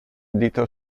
dita